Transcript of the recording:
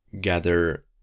gather